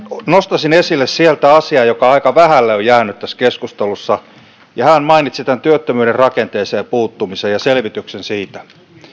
nostaisin esille sieltä asian joka aika vähälle on jäänyt tässä keskustelussa hän mainitsi työttömyyden rakenteeseen puuttumisen ja selvityksen siitä